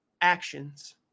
actions